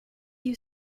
you